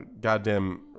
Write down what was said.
goddamn